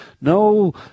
no